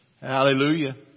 Hallelujah